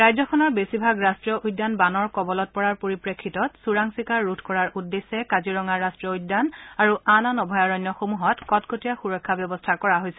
ৰাজ্যখনৰ বেছিভাগ ৰাষ্টীয় উদ্যান বানৰ কবলত পৰাৰ পৰিপ্ৰেক্ষিতত চোৰাং চিকাৰ ৰোধ কৰাৰ উদ্দেশ্যে কাজিৰঙা ৰাষ্ট্ৰীয় উদ্যান আৰু আন অভয়াৰণ্যসমূহত কটকটীয়া সুৰক্ষাৰ ব্যৱস্থা কৰা হৈছে